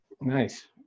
Nice